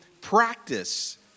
practice